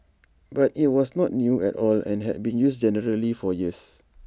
but IT was not new at all and had been used generally for years